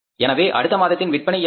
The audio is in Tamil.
எனவே அடுத்த மாதத்தின் விற்பனை எவ்வளவு